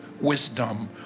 wisdom